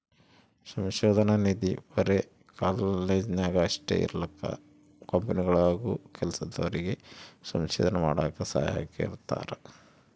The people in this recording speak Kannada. ಸಂಶೋಧನಾ ನಿಧಿ ಬರೆ ಕಾಲೇಜ್ನಾಗ ಅಷ್ಟೇ ಇರಕಲ್ಲ ಕಂಪನಿಗುಳಾಗೂ ಕೆಲ್ಸದೋರಿಗೆ ಸಂಶೋಧನೆ ಮಾಡಾಕ ಸಹಾಯಕ್ಕ ಇಟ್ಟಿರ್ತಾರ